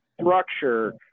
structure